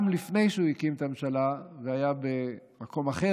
גם לפני שהוא הקים את הממשלה והיה במקום אחר